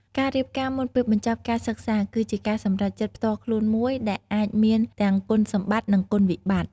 ការរៀបការមុនពេលបញ្ចប់ការសិក្សាគឺជាការសម្រេចចិត្តផ្ទាល់ខ្លួនមួយ ដែលអាចមានទាំងគុណសម្បត្តិ និងគុណវិបត្តិ។